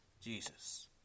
Jesus